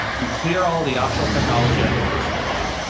you clear all the optional technology out of your personal life,